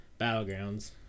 Battlegrounds